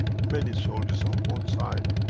many soldiers on both sides